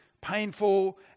painful